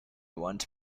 want